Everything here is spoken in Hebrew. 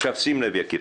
שים לב יקירי,